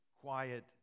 quiet